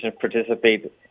participate